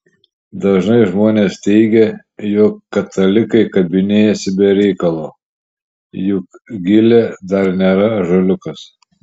dažnai žmonės teigia jog katalikai kabinėjasi be reikalo juk gilė dar nėra ąžuoliukas